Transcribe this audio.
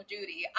Duty